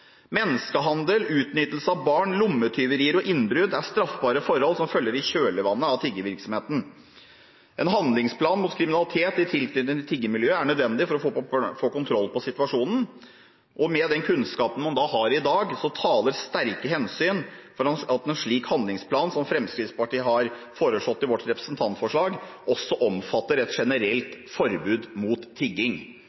Menneskehandel, utnyttelse av barn, lommetyverier og innbrudd er straffbare forhold som følger i kjølvannet av tiggevirksomheten. En handlingsplan mot kriminalitet i tilknytning til tiggermiljøet er nødvendig for å få kontroll på situasjonen, og med den kunnskapen man har i dag, taler sterke hensyn for at en slik handlingsplan – som Fremskrittspartiet har foreslått i sitt representantforslag – også omfatter et generelt